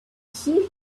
here